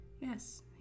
Yes